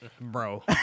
Bro